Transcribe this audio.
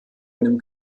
einem